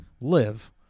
live